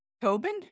Tobin